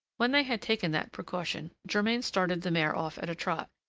when they had taken that precaution, germain started the mare off at a trot,